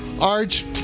Arch